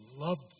loved